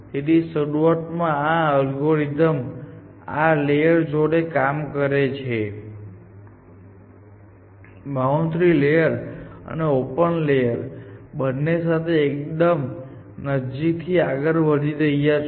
તેથી શરૂઆતમાં આ અલ્ગોરિધમ આ લેયર જોડે કામ કરે છે બાઉન્ડ્રી લેયર અને ઓપન લેયર બંને સાથે એકદમ નજીકથી આગળ વધી રહ્યા છે